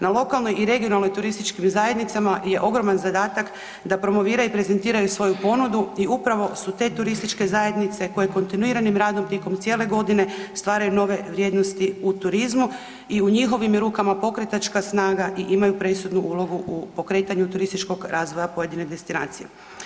Na lokalnoj i regionalnoj turističkim zajednicama je ogroman zadatak da promoviraju i prezentiraju svoju ponudu i upravo su te turističke zajednice koje kontinuiranim radom tijekom cijele godine stvaraju nove vrijednosti u turizmu i u njihovim je rukama pokretačka snaga i imaju presudnu ulogu u pokretanju turističkog razvoja pojedine destinacije.